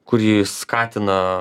kuri skatina